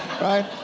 right